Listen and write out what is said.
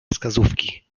wskazówki